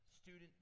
student